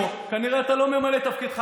לכן אני אומר לך,